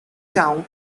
town